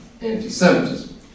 anti-Semitism